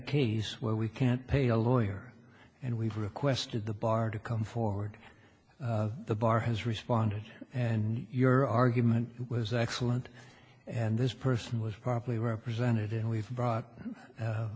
case where we can't pay a lawyer and we request the bard to come forward the bar has responded and your argument was excellent and this person was properly represented and we've brought